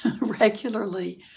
regularly